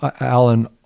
Alan